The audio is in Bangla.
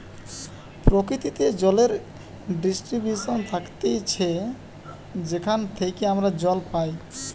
প্রকৃতিতে জলের ডিস্ট্রিবিউশন থাকতিছে যেখান থেইকে আমরা জল পাই